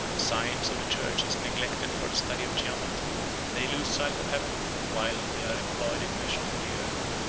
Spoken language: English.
the science of the church is neglected for the study of geometry, and they lose sight of heaven while they are employed in measuring the earth.